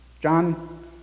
John